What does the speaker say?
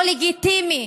לא לגיטימי.